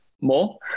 more